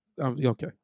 Okay